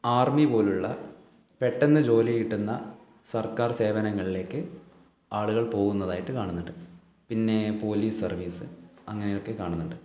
army പോലുള്ള പെട്ടെന്ന് ജോലി കിട്ടുന്ന സർക്കാർ സേവനങ്ങളിലേക്ക് ആളുകൾ പോകുന്നതായിട്ട് കാണുന്നുണ്ട് പോലീസ് സർവ്വീസ് അങ്ങനെയൊക്കെ കാണുന്നുണ്ട്